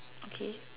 okay